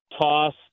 toss